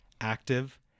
active